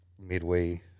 midway